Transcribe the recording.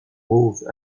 mauves